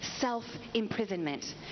self-imprisonment